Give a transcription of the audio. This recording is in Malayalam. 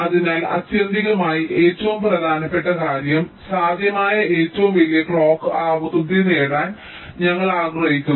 അതിനാൽ ആത്യന്തികമായി ഏറ്റവും പ്രധാനപ്പെട്ട കാര്യം സാധ്യമായ ഏറ്റവും വലിയ ക്ലോക്ക് ആവൃത്തി നേടാൻ ഞങ്ങൾ ആഗ്രഹിക്കുന്നു